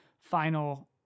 final